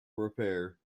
repair